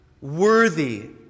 worthy